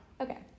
Okay